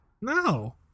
No